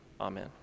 Amen